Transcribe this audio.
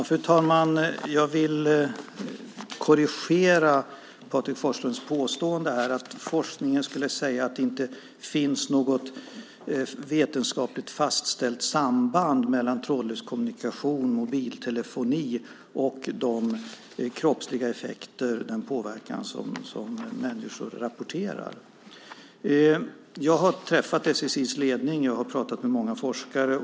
Fru talman! Jag vill korrigera Patrik Forslunds påstående om att forskningen säger att det inte finns något vetenskapligt fastställt samband mellan trådlös kommunikation, mobiltelefoni och de kroppsliga effekter och den påverkan som människor rapporterar. Jag har träffat SSI:s ledning. Jag har pratat med många forskare.